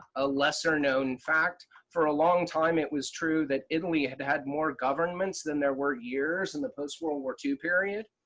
a lesser known fact for a long time it was true that italy had had more governments than there were years in the post-world war two period.